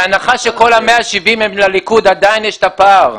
בהנחה שכל ה-170 הם לליכוד, עדיין יש את הפער.